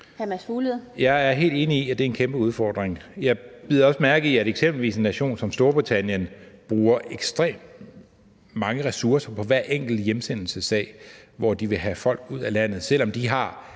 Jeg er helt enig i, at det er en kæmpe udfordring. Jeg bider også mærke i, at eksempelvis en nation som Storbritannien bruger ekstremt mange ressourcer på hver enkelt hjemsendelsessag, hvor de vil have folk ud af landet, selv om de har